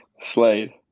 Slade